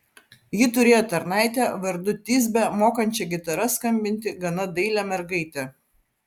ji turėjo tarnaitę vardu tisbę mokančią gitara skambinti gana dailią mergaitę